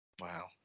Wow